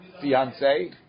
fiance